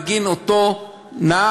בגין אותו נער,